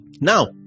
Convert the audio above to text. Now